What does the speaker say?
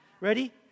Ready